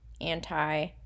anti